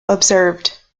observed